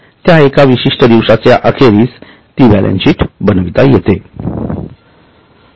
त्या एका विशिष्ट दिवसाच्या अखेरीस ती बॅलन्सशीट बनविता येते